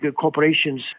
corporations